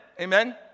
Amen